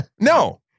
no